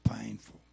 painful